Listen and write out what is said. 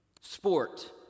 sport